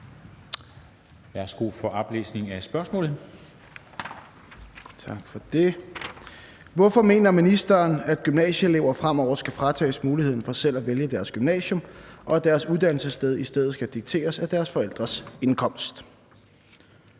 Hvorfor mener ministeren, at gymnasieelever fremover skal fratages muligheden for selv at vælge deres gymnasium, og at deres uddannelsessted i stedet skal dikteres af deres forældres indkomst?